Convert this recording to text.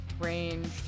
Range